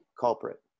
culprit